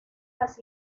las